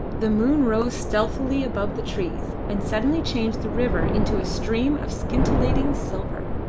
the moon rose stealthily above the trees, and suddenly changed the river into a stream of scintillating silver.